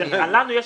לנו יש